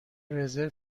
رزرو